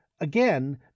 again